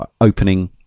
opening